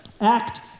Act